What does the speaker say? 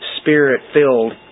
spirit-filled